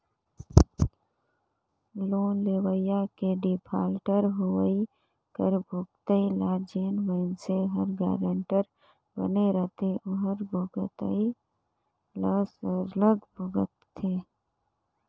loan लेवइया के defaulter होवई कर भुगतई ल जेन मइनसे हर गारंटर बने रहथे ओहर भुगतई ल सरलग भुगतथे